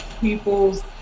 people's